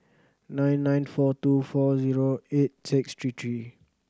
nine nine four two four zero eight six three three